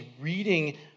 reading